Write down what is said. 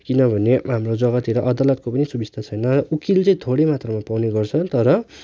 किनभने हाम्रो जग्गातिर अदातलको पनि सुविस्ता छैन उकिल चाहिँ थोरै मात्रा पाउने गर्छ तर